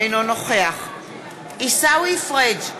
אינו נוכח עיסאווי פריג'